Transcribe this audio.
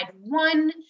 one